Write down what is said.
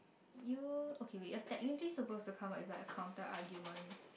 you okay wait you're technically supposed to come up with a counter argument